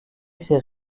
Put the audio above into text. ses